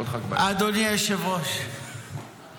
ולכל --- אדוני היושב-ראש,